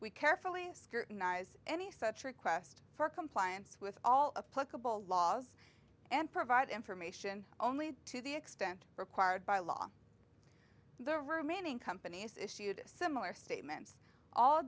we carefully scrutinize any such request for compliance with all of pluggable laws and provide information only to the extent required by law the remaining companies issued similar statements all